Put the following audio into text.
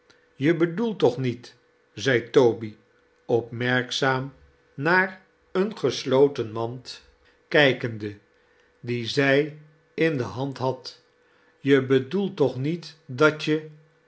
je bedoelt toch niet zei toby opmerkzaam naar eene gesloten mand kijkende die zij in de haryl had je bedoelt toch niet dat je